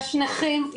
יש נכים,